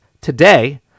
today